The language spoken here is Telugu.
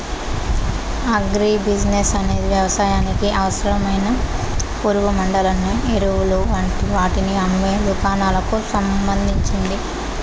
అగ్రి బిసినెస్ అనేది వ్యవసాయానికి అవసరమైన పురుగుమండులను, ఎరువులు వంటి వాటిని అమ్మే దుకాణాలకు సంబంధించింది